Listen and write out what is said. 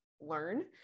learn